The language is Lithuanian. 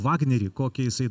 vagnerį kokią jisai